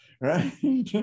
Right